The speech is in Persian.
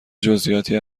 جزییاتی